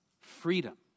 freedom